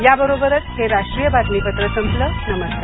या बरोबरच हे राष्ट्रीय बातमीपत्र संपलं नमस्कार